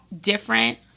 different